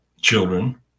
children